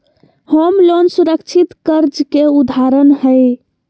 home loan सुरक्षित कर्ज के उदाहरण हय